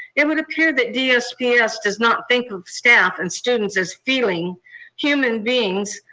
it would appear that dsps does not think of staff and students as feeling human beings,